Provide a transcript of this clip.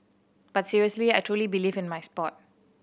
but seriously I truly believe in my sport